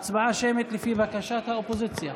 הצבעה שמית לפי בקשת האופוזיציה.